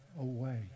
away